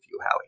Howie